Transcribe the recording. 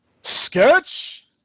Sketch